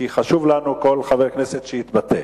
כי חשוב לנו שכל חבר כנסת יתבטא.